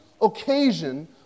occasion